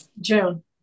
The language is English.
June